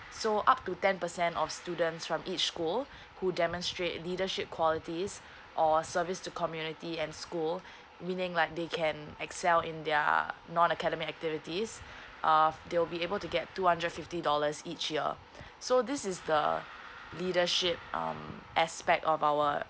so up to ten percent of students from each school who demonstrate leadership qualities or service to community and school meaning like they can excel in their non academic activities uh they'll be able to get two hundred fifty dollars each year so this is the leadership um aspect of our